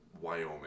Wyoming